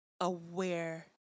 aware